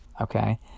okay